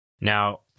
Now